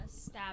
stab